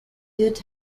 did